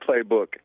playbook